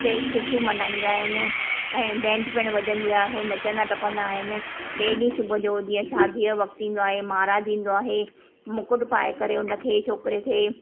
उते खुशियूं मनाईंदा आहिनि ऐं बेंड पिणु वॼंदी आहे नचंदा टपंदा आहिन ॿिए ॾींहुं सुबूह जो जीअं शादीअ यो वक्तु ईंदो आहे महिराज ईंदो आहे मुकुट पाए करे उन खे छोकिरे खे